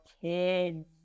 kids